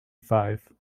five